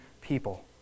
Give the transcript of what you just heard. people